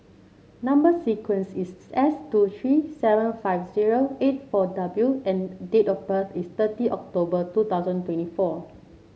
number sequence is S two three seven five zero eight four W and date of birth is thirty October two thousand twenty four